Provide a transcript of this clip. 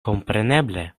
kompreneble